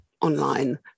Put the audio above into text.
Online